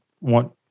want